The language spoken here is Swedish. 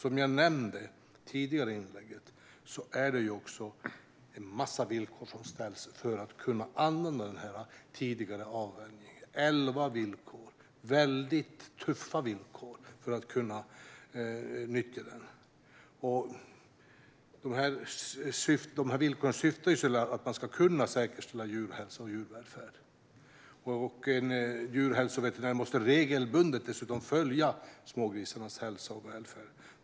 Som jag nämnde i mitt tidigare inlägg är det en massa villkor som ställs för att tidigare avvänjning ska kunna användas - elva väldigt tuffa villkor. Villkoren syftar till att kunna säkerställa djurhälsa och djurvälfärd. Dessutom måste en djurhälsoveterinär regelbundet följa smågrisarnas hälsa och välfärd.